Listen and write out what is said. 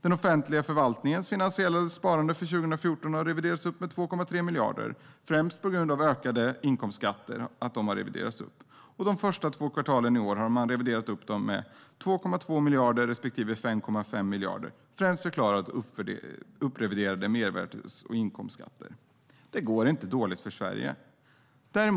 Den offentliga förvaltningens finansiella sparande för 2014 har reviderats upp med 2,3 miljarder, främst till följd av att inkomstskatterna har reviderats upp. De två första kvartalen i år har de reviderats upp med 2,2 miljarder respektive 5,5 miljarder, vilket främst förklaras av uppreviderade mervärdes och inkomstskatter. Det går inte dåligt för Sverige.